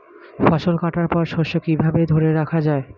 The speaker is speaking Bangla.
ফসল কাটার পর শস্য কিভাবে ধরে রাখা য়ায়?